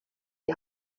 die